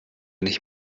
nicht